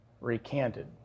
recanted